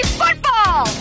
football